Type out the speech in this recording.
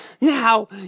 now